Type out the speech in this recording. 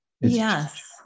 Yes